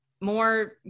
more